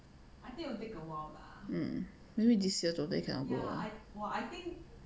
um maybe this year totally cannot go